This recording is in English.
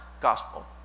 gospel